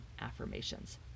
affirmations